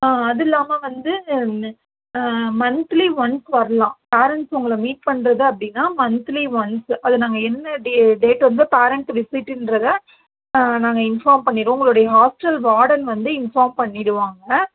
அதுல்லாம வந்து monthly once வர்லாம் பேரன்ட்ஸ் உங்களை மீட் பண்ணுறது அப்படின்னா மன்த்லி ஒன்ஸ் அது நாங்கள் என்ன டே டேட் வந்து பேரன்ட்ஸ் விசிட்டுன்றதை நாங்கள் இன்பார்ம் பண்ணிருவோம் உங்களுடைய ஹாஸ்ட்டல் வார்டன் வந்து இன்பார்ம் பண்ணிவிடுவாங்க